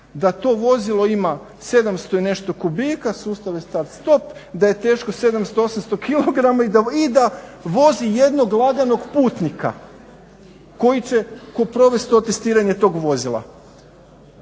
da to vozilo ima 700 i nešto kubika, sustav je star. Stop, da je teško 700, 800kg i da vozi jednog laganog putnika koji će provesti testiranje tog vozila.